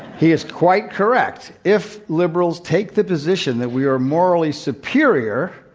he is quite correct, if liberals take the position that we are morally superior,